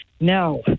Now